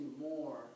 more